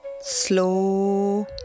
Slow